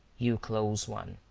you close one,